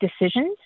decisions